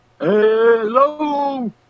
Hello